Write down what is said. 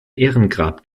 ehrengrab